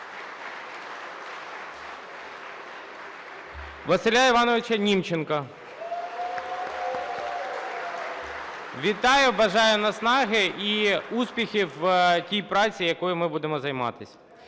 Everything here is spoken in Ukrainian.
Василя Івановича Німченка. (Оплески) Вітаю! Бажаю наснаги і успіхів у тій праці, якою ми будемо займатись.